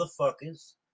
motherfuckers